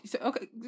Okay